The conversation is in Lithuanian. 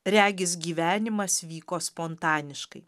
regis gyvenimas vyko spontaniškai